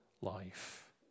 life